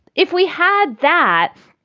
if we had that,